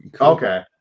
okay